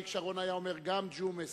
אריק שרון היה אומר: גם ג'ומס,